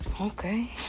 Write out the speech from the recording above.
Okay